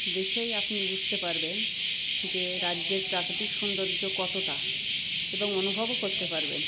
দেখেই আপনি বুঝতে পারবেন যে রাজ্যের প্রাকৃতিক সৌন্দর্য কতটা এবং অনুভবও করতে পারবেন